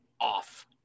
off